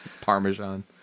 Parmesan